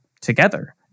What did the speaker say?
together